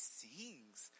sings